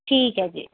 ਠੀਕ ਹੈ ਜੀ